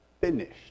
finished